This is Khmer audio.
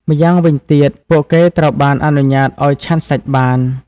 ម្យ៉ាងវិញទៀត ពួកគេត្រូវបានអនុញ្ញាតឱ្យឆាន់សាច់បាន។